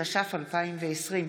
התש"ף 2020,